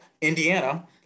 Indiana